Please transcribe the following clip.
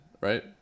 right